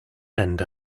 and